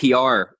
PR